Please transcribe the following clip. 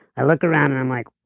i look around and i'm like